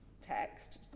text